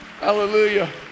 Hallelujah